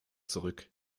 zurück